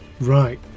Right